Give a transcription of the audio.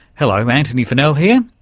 hello, antony funnell here,